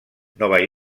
nova